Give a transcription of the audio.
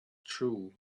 true